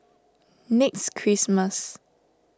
next Christmas